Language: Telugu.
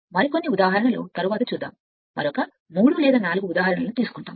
ఇప్పుడు ఈ ఒక ఉదాహరణ తరువాత మరొక 3 లేదా 4 ను తీసుకుంటాము